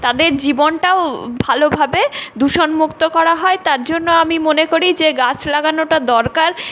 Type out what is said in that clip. তাদের জীবনটাও ভালোভাবে দূষণমুক্ত করা হয় তার জন্য আমি মনে করি যে গাছ লাগানোটা দরকার